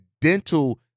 dental